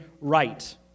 right